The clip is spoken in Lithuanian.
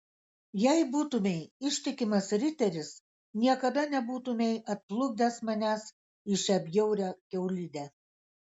jei būtumei ištikimas riteris niekada nebūtumei atplukdęs manęs į šią bjaurią kiaulidę